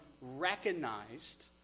recognized